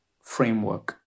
framework